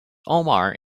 omar